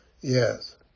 Yes